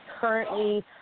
currently